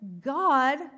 God